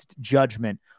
judgment